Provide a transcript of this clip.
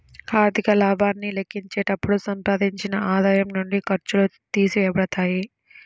ఆర్థిక లాభాన్ని లెక్కించేటప్పుడు సంపాదించిన ఆదాయం నుండి ఖర్చులు తీసివేయబడతాయి